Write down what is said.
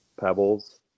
pebbles